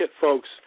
folks